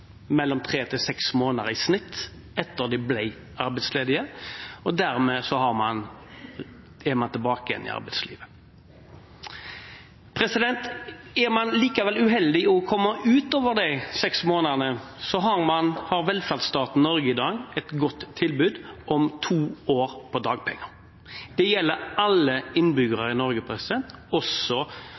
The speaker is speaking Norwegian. måneder, i snitt, etter at de ble arbeidsledige. Dermed er man tilbake igjen i arbeidslivet. Er man likevel uheldig og går utover de seks månedene, har man i velferdsstaten Norge i dag et godt tilbud om to år med dagpenger. Det gjelder alle innbyggere i Norge, også